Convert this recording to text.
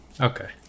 Okay